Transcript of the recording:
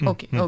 Okay